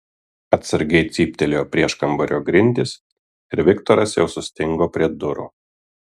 atsargiai cyptelėjo prieškambario grindys ir viktoras jau sustingo prie durų